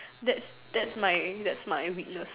that's that's my that's my weakness